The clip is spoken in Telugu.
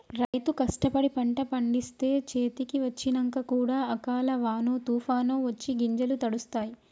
రైతు కష్టపడి పంట పండిస్తే చేతికి వచ్చినంక కూడా అకాల వానో తుఫానొ వచ్చి గింజలు తడుస్తాయ్